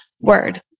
Word